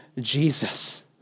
Jesus